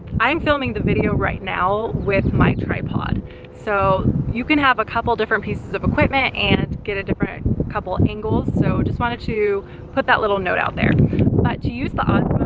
i'm filming the video right now with my tripod so you can have a couple different pieces of equipment and get a different, couple angles, so just wanted to put that little note out there. but to use the um